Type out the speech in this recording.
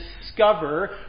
discover